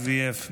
IVF,